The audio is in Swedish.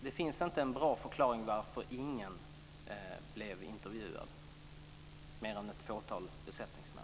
Det finns inte en bra förklaring till varför ingen blev intervjuad utom ett fåtal besättningsmän.